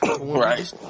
Right